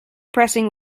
pressing